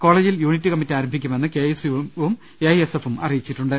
കോളേജിൽ unit committee ആരംഭിക്കുമെന്ന് K S യുവും എ ഐ എസ് എഫും അറിയിച്ചിട്ടുണ്ട്